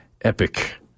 epic